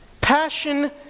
Passion